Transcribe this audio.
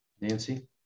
Nancy